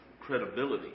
credibility